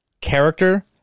character